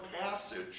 passage